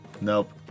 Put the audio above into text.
Nope